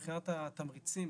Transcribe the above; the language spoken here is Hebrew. מבחינת התמריצים,